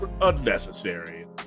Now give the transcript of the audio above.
unnecessary